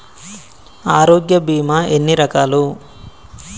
ఆరోగ్య బీమా ఎన్ని రకాలు?